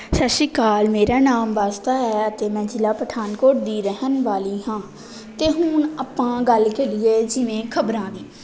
ਸਤਿ ਸ਼੍ਰੀ ਅਕਾਲ ਮੇਰਾ ਨਾਮ ਵਾਸੂਦਾ ਹੈ ਅਤੇ ਮੈਂ ਜ਼ਿਲ੍ਹਾ ਪਠਾਨਕੋਟ ਦੀ ਰਹਿਣ ਵਾਲੀ ਹਾਂ ਅਤੇ ਹੁਣ ਆਪਾਂ ਗੱਲ ਕਰੀਏ ਜਿਵੇਂ ਖਬਰਾਂ ਦੀ